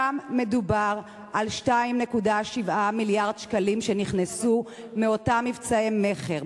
שם מדובר על 2.7 מיליארד שקלים שנכנסו מאותם מבצעי מכר.